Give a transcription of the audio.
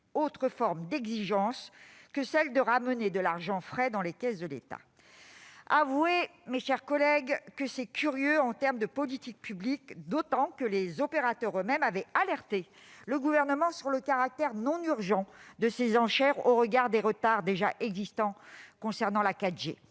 pour seul but que de faire entrer de l'argent frais dans les caisses de l'État. Avouez, mes chers collègues, que c'est curieux en termes de politique publique, d'autant que les opérateurs eux-mêmes avaient alerté le Gouvernement sur le caractère non urgent de ces enchères au regard des retards existants concernant la 4G.